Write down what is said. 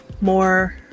more